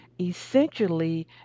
essentially